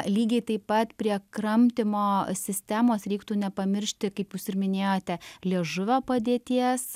lygiai taip pat prie kramtymo sistemos reiktų nepamiršti kaip jūs ir minėjote liežuvio padėties